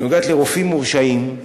נוגעת לרופאים מורשעים,